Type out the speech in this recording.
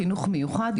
חינוך מיוחד,